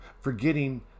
Forgetting